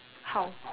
how